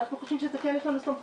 אנחנו חושבים שכן יש לנו סמכות,